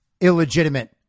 illegitimate